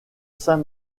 saint